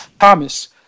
Thomas